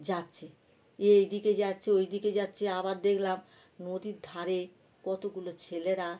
যাচ্ছে এ এই দিকে যাচ্ছে ওই দিকে যাচ্ছে আবার দেখলাম নদীর ধারে কতগুলো ছেলেরা